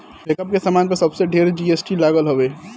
makeup के सामान पे सबसे ढेर जी.एस.टी लागल हवे